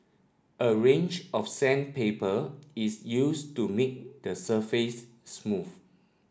a range of sandpaper is used to make the surface smooth